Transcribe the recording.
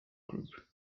group